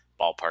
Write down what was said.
ballpark